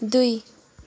दुई